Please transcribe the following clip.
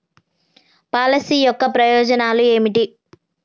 Policy యొక్క ప్రయోజనాలు ఏమిటి?